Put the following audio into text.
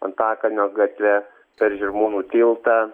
antakalnio gatve per žirmūnų tiltą